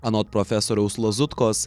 anot profesoriaus lazutkos